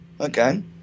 okay